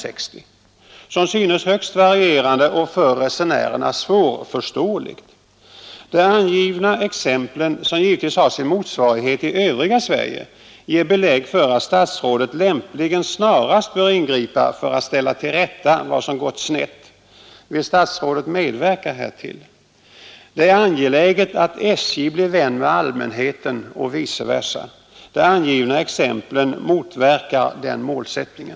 Tilläggen är som synes högst varierande, och det är för resenärerna svårförståeligt. De angivna exemplen, som givetvis har sin motsvarighet i övriga Sverige, ger belägg för att statsrådet lämpligen snarast bör ingripa för att ställa till rätta vad som gått snett. Vill statsrådet medverka härtill? Det är angeläget att SJ blir vän med allmänheten och vice versa. De angivna exemplen motverkar den målsättningen.